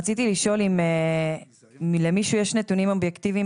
רציתי לשאול אם למישהו יש נתונים אובייקטיביים